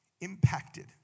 impacted